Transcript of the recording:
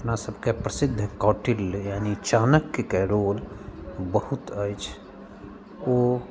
अपना सबके प्रसिद्ध कौटिल्य यानि चाणक्यके रोल बहुत अछि ओ